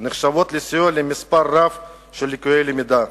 נחשבות כסיוע למספר רב של לקויי למידה,